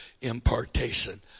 impartation